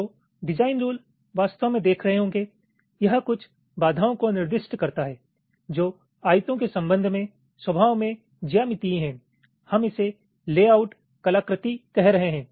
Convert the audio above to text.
तो design rule वास्तव में देख रहे होंगे यह कुछ बाधाओं को निर्दिष्ट करता है जो आयतों के संबंध में स्वभाव में ज्यामितीय हैं हम इसे लेआउट कलाकृति कह रहे हैं